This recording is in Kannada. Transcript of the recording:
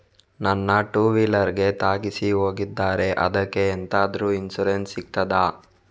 ನನ್ನ ಟೂವೀಲರ್ ಗೆ ತಾಗಿಸಿ ಹೋಗಿದ್ದಾರೆ ಅದ್ಕೆ ಎಂತಾದ್ರು ಇನ್ಸೂರೆನ್ಸ್ ಸಿಗ್ತದ?